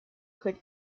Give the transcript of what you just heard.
could